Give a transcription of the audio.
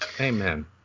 amen